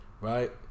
Right